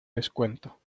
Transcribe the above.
descuento